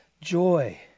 joy